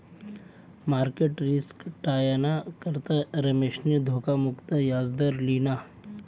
market risk टायाना करता रमेशनी धोखा मुक्त याजदर लिना